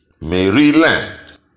Maryland